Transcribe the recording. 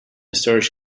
storage